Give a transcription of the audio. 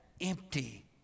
empty